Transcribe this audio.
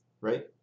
right